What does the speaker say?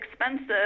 expensive